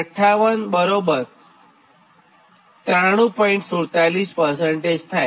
47 થાય